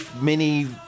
mini